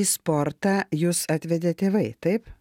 į sportą jus atvedė tėvai taip